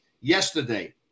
yesterday